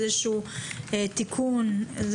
איזשהו תיקון?